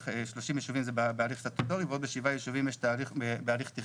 30 ישובים זה בהליך סטטוטורי ועוד בשבעה ישובים יש הליך תכנון,